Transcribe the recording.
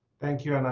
thank you anant.